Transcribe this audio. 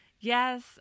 Yes